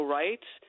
rights